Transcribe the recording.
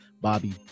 Bobby